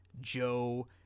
Joe